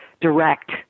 direct